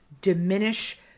diminish